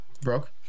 Broke